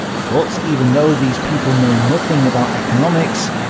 but even though these people know nothing about economics,